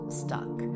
stuck